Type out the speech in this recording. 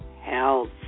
health